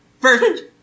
First